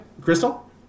Crystal